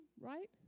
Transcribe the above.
right